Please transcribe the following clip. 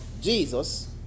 Jesus